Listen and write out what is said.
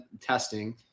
testing